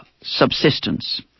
subsistence